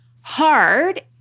hard